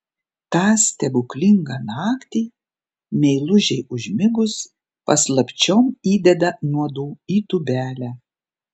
tą stebuklingą naktį meilužei užmigus paslapčiom įdeda nuodų į tūbelę